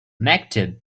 maktub